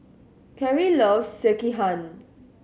Carry loves Sekihan